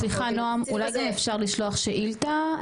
סליחה, נועם, אולי גם אפשר לשלוח שאילתה?